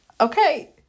Okay